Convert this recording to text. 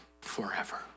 forever